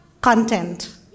content